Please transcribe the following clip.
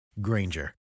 Granger